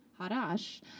Harash